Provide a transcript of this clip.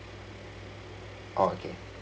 okay